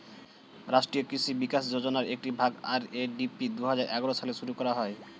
রাষ্ট্রীয় কৃষি বিকাশ যোজনার একটি ভাগ, আর.এ.ডি.পি দুহাজার এগারো সালে শুরু করা হয়